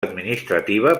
administrativa